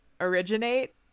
originate